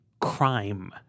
crime